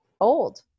old